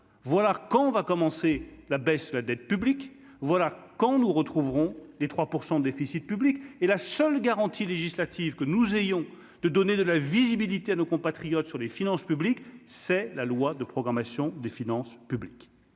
voilà quand va commencer la baisse, la dette publique, voilà quand nous retrouverons les 3 % de déficit public et la seule garantie législative que nous ayons de donner de la visibilité à nos contacts. Sur les finances publiques, c'est la loi de programmation des finances publiques,